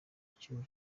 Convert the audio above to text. cyuho